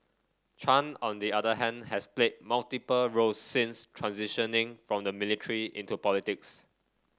Chan on the other hand has played multiple roles since transitioning from the military into politics